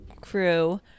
crew